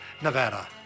Nevada